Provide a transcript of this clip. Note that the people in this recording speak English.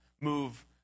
move